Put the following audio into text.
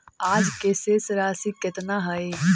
आज के शेष राशि केतना हई?